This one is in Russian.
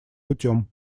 путем